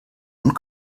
und